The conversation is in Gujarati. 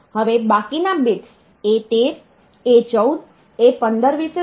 હવે બાકીના બિટ્સ A13 A14 A15 વિશે શું